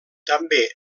també